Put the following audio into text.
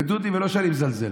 ודודי, ולא שאני מזלזל,